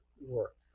work